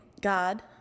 God